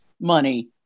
money